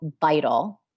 vital